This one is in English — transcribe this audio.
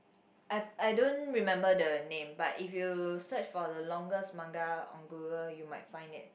I I don't remember the name but if you search for the longest manga on Google you might find it